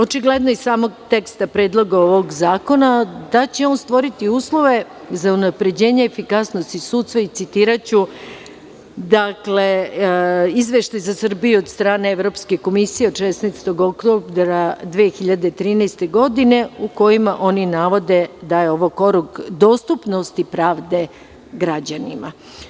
Očigledno iz samog teksta Predloga ovog zakona, da će on stvoriti uslove za unapređenje efikasnosti sudstva i citiraću dakle Izveštaj za Srbiju od strane Evropske komisije od 16. oktobra 2013. godine, u kojima oni navode da je ovo korak dostupnosti pravde građanima.